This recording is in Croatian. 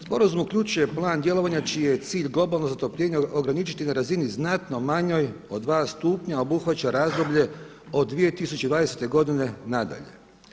Sporazum uključuje plan djelovanja čiji je cilj globalno zatopljenje ograničiti na razini znatno manjoj od 2̊ obuhvaća razdoblje od 2020. godine na dalje.